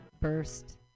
First